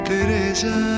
Teresa